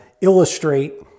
illustrate